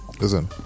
Listen